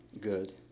good